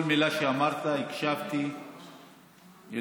כל מילה שאמרת, הקשבתי לה.